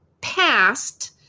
past